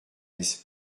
laisse